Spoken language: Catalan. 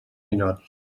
ninots